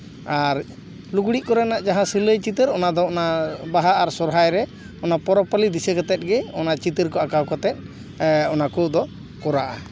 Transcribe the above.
ᱟᱨ ᱞᱩᱜᱽᱲᱤᱡ ᱠᱚᱨᱮᱱᱟᱜ ᱡᱟᱦᱟᱸ ᱥᱤᱞᱟᱹᱭ ᱪᱤᱛᱟᱹᱨ ᱚᱱᱟ ᱫᱚ ᱚᱱᱟ ᱵᱟᱦᱟ ᱟᱨ ᱥᱚᱨᱦᱟᱭ ᱨᱮ ᱚᱱᱟ ᱯᱚᱨᱚᱵᱽ ᱯᱟᱹᱞᱤ ᱫᱤᱥᱟᱹ ᱠᱟᱛᱮ ᱜᱮ ᱚᱱᱟ ᱪᱤᱛᱟᱹᱨ ᱠᱚ ᱟᱸᱠᱟᱣ ᱠᱟᱛᱮ ᱚᱱᱟ ᱠᱚᱫᱚ ᱠᱚᱨᱟᱜᱼᱟ